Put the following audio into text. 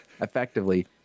effectively